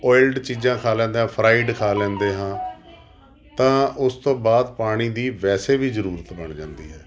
oiled ਚੀਜ਼ਾਂ ਖਾ ਲੈਂਦਾ ਫਰਾਈਡ ਖਾ ਲੈਂਦੇ ਹਾਂ ਤਾਂ ਉਸ ਤੋਂ ਬਾਅਦ ਪਾਣੀ ਦੀ ਵੈਸੇ ਵੀ ਜ਼ਰੂਰਤ ਬਣ ਜਾਂਦੀ ਹੈ